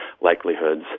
likelihoods